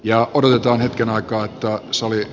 ja kun on hetken aikaa ottaa sallii